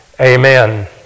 Amen